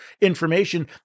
information